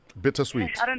Bittersweet